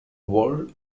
world